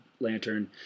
lantern